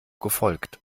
gefolgt